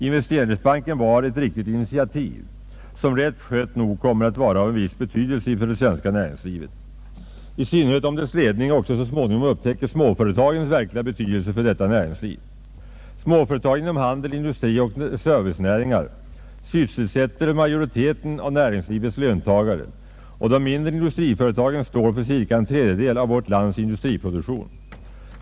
Investeringsbanken var ett riktigt initiativ, som rätt skött nog kommer att vara av betydelse för det svenska näringslivet, i synnerhet om dess ledning också så småningom upptäcker småföretagens verkliga betydelse för detta näringsliv. Småföretagen inom handel, industri och servicenäringar sysselsätter majoriteten av näringslivets löntagare, och de mindre industriföretagen står för cirka en tredjedel av vårt lands industriproduktion.